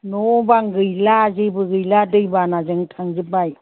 न' बां गैला जेबो गैला दैबानाजों थांजोबबाय